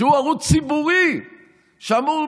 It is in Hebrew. שהוא ערוץ ציבורי שאמור,